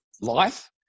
life